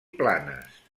planes